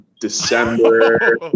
december